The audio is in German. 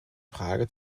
frage